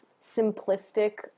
simplistic